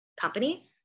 company